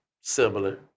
similar